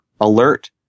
alert